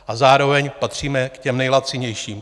A zároveň patříme k těm nejlacinějším.